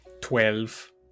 Twelve